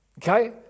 Okay